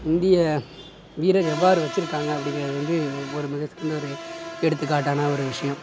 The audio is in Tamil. இந்திய வீரர் எவ்வாறு வச்சுருக்காங்க அப்டிங்கிறத வந்து ஒரு மிக சிறந்த ஒரு எடுத்துக்காட்டான ஒரு விஷயம்